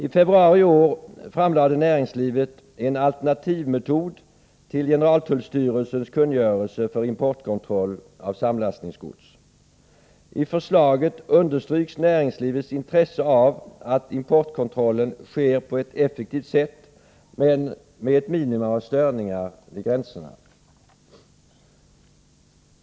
I februari i år redovisade näringslivet en alternativmetod till generaltullstyrelsens kungörelse för importkontroll av samlastningsgods. I förslaget understryks näringslivets intresse av att importkontrollen sker på ett effektivt sätt men med ett minimum av störningar vid gränserna.